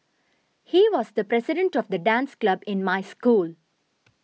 he was the president of the dance club in my school